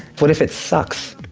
what if it sucks?